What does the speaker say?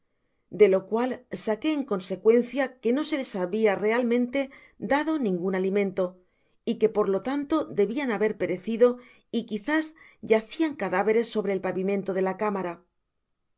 de lo cual saqué en consecuencia que no se les habia realmente dado ningun alimento y que por lo tanto debian haber perecido y quizás yacían cadáveres sobre el pavimento de la cámara